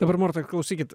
dabar morta klausykit